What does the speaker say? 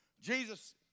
Jesus